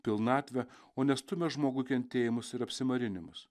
pilnatvę o ne stumia žmogų kentėjimus ir apsimarinimus